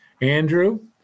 Andrew